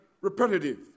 repetitive